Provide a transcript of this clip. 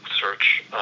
search